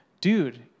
dude